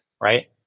right